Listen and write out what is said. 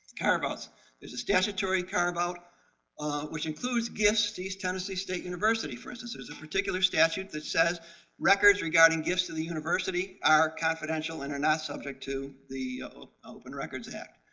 curve outs there is a statutory curve out which includes gifts. east tennessee state university, for instance, is a particular statute that says records regarding gifts to the university are confidential and are not subject to the open records act.